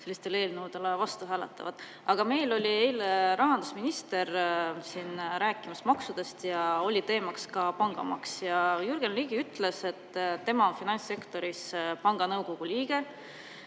sellistele eelnõudele vastu hääletavad. Aga meil oli eile rahandusminister siin rääkimas maksudest ja oli teemaks ka pangamaks. Jürgen Ligi ütles, et tema on finantssektoris, panga nõukogu liige,